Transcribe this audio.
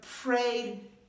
prayed